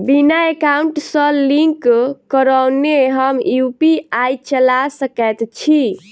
बिना एकाउंट सँ लिंक करौने हम यु.पी.आई चला सकैत छी?